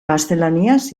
gaztelaniaz